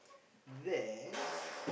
then